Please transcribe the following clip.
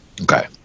Okay